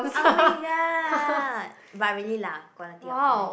oh-my-god but really lah quality of life